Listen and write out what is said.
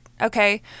okay